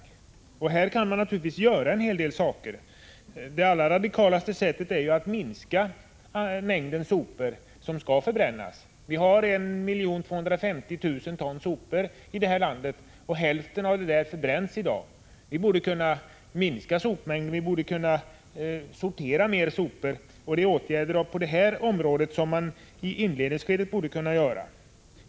På det området kan man naturligtvis göra en hel del. Det allra radikalaste sättet är att minska mängden sopor som förbränns. Vi har i det här landet 1 250 000 ton sopor årligen, och hälften därav förbränns i dag. Vi borde kunna minska sopmängden, och vi borde kunna sortera soporna i större utsträckning än vi gör. Det är åtgärder på detta område som man i inledningsskedet borde kunna vidta.